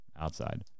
Outside